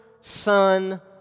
Son